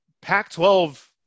Pac-12 –